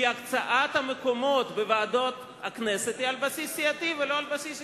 כי הקצאת המקומות בוועדות הכנסת היא על בסיס סיעתי ולא על בסיס אישי,